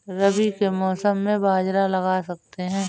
रवि के मौसम में बाजरा लगा सकते हैं?